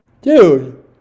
Dude